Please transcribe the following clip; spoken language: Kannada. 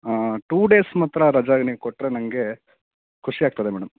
ಟೂ ಡೇಸ್ ಮಾತ್ರ ರಜೆ ಇವ್ನಿಗೆ ಕೊಟ್ಟರೆ ನನಗೆ ಖುಷಿಯಾಗ್ತದೆ ಮೇಡಮ್